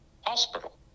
hospital